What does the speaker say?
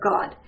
God